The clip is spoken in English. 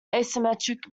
asymmetric